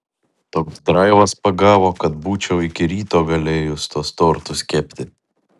toks draivas pagavo kad būčiau iki ryto galėjus tuos tortus kepti